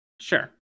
sure